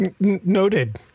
noted